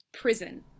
Prison